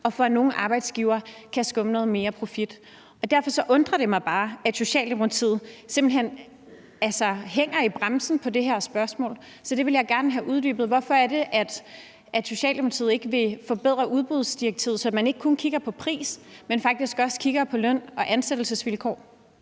og for at nogle arbejdsgivere kan skumme noget mere profit. Derfor undrer det mig bare, at Socialdemokratiet simpelt hen hænger i bremsen i det her spørgsmål. Så det vil jeg gerne have uddybet: Hvorfor er det, at Socialdemokratiet ikke vil forbedre udbudsdirektivet, så man ikke kun kigger på pris, men faktisk også kigger på løn- og ansættelsesvilkår?